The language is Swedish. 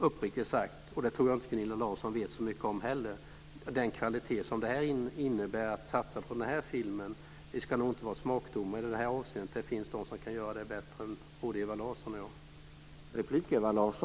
Uppriktigt sagt, beträffande kvalitet på film som man ska satsa på - jag tror inte att Gunilla Larsson heller vet så mycket om det - tycker jag inte att vi ska vara smakdomare i detta avseende. Det finns de som kan göra detta bättre än både Ewa Larsson och jag.